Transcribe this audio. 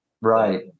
Right